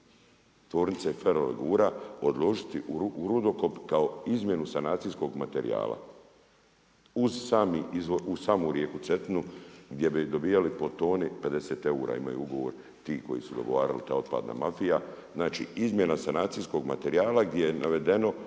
tvornice ferolegura odlučiti u rudokop kao izmjenu sanacijskog materijala uz samu rijeku Cetinu gdje bi dobijali po toni 50 eura. Imaju ugovor ti koji su dogovarali, ta otpadna mafija. Znači izmjena sanacijskog materijala, gdje je navedeno